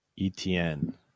Etienne